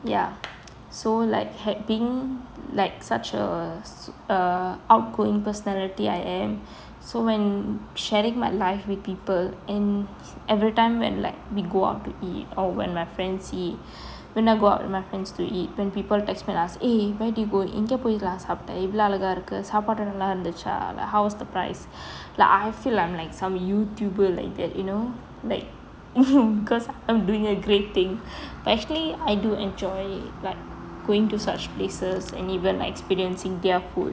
ya so like had been like such a s~ uh outgoing personality I am so when sharing my life with people and everytime when like we go out to eat or when my friends see when I go out with my friends to eat when people text me to ask eh where do you go எங்கே போய் lah சாப்பிட்ட இவ்ளோ அழகா இருக்கு சாப்பாடு நல்லா இருந்துச்சா:enge poi lah saapte ivalo azhaga irukku sapadu nalla irunthucha like how's the price lah I feel um like some youtuber like that you know like because I'm doing a great thing actually I do enjoy it like going to such places and even like experiencing their food